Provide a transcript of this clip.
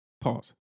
Pause